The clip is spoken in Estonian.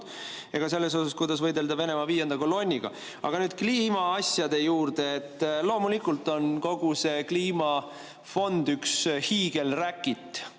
ega selles osas, kuidas võidelda Venemaa viienda kolonniga. Aga nüüd kliimaasjade juurde. Loomulikult on kogu see kliimafond üks hiigelräkit,